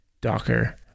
Docker